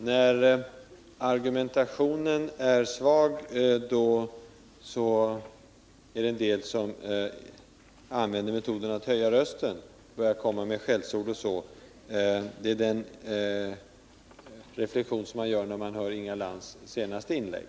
Herr talman! När argumentationen är svag, tillämpar somliga metoden att höja rösten och använda skällsord. Det är den reflexion man gör när man lyssnar till Inga Lantz senaste inlägg.